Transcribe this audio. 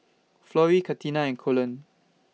Florie Katina and Colon